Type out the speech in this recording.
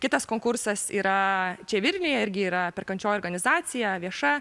kitas konkursas yra čia vilniuje irgi yra perkančioji organizacija vieša